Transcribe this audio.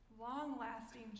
long-lasting